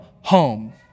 home